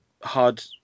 hard